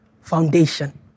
foundation